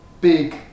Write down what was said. big